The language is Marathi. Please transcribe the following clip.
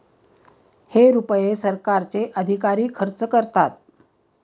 हे रुपये सरकारचे अधिकारी खर्च करतात